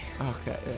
Okay